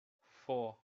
four